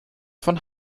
von